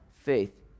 faith